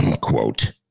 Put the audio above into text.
Quote